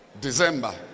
December